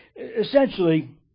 Essentially